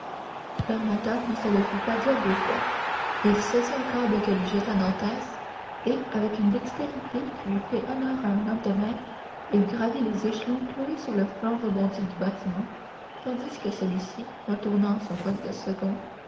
l'armateur ne se le fit pas dire deux fois il saisit un câble que lui jeta dantès et avec une dextérité qui eût fait honneur à un homme de mer il gravit les échelons cloués sur le flanc rebondi du bâtiment tandis que celui-ci retournant à son poste de second